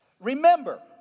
Remember